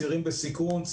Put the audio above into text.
צעירים בסיכון,